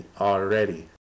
Already